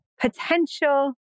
potential